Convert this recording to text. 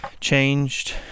changed